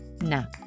Now